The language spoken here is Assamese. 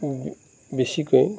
বেছিকৈ